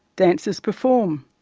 dancers perform,